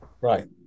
Right